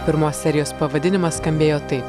pirmos serijos pavadinimas skambėjo taip